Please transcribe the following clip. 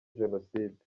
jenoside